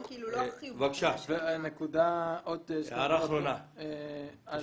ברשותך, עוד שתי הערות קצרות.